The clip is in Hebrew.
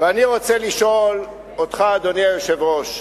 ואני רוצה לשאול אותך, אדוני היושב-ראש,